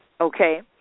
Okay